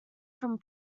from